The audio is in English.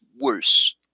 worse